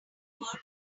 awkward